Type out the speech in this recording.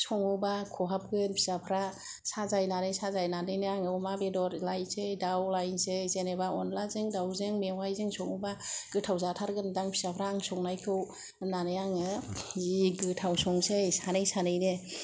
सङोबा ख'हाबगोन फिसाफ्रा साजायनानै साजायनानैनो आङो अमा बेदर लायसै दाव बेदर लायसै जेनोबा अनलाजों दावजों मेवायजों सङोबा गोथाव जाथारगोनदां फिसाफ्रा आं संनायखौ होननानै आङो जि गोथाव संसै सानै सानैनो